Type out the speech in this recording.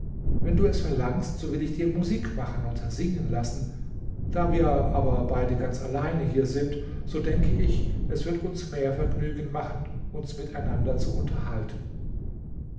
wenn du es verlangst so will ich dir musik machen und singen lassen da wir aber beide ganz allein hier sind so denke ich es wird uns mehr vergnügen machen uns miteinander zu unterhalten